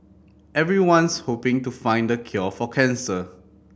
everyone's hoping to find the cure for cancer